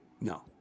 No